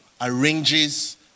arranges